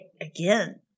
again